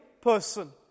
person